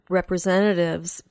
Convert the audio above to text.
representatives